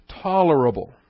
tolerable